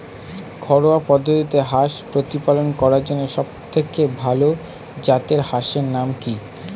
ঘরোয়া পদ্ধতিতে হাঁস প্রতিপালন করার জন্য সবথেকে ভাল জাতের হাঁসের নাম কি?